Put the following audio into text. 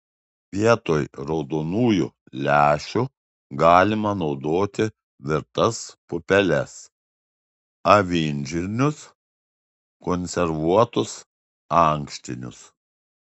vietoj raudonųjų lęšių galima naudoti virtas pupeles avinžirnius konservuotus ankštinius